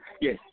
Yes